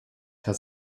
herr